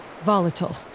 Volatile